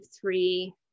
three